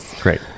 Great